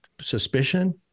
suspicion